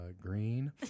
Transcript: green